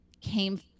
came